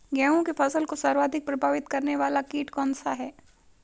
गेहूँ की फसल को सर्वाधिक प्रभावित करने वाला कीट कौनसा है?